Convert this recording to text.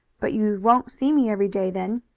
but you won't see me every day then.